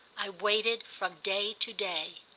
i waited from day to day.